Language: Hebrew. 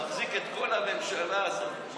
שמחזיק את כל הממשלה הזאת,